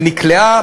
שנקלעה,